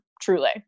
truly